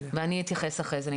אני אתייחס לזה אחרי זה.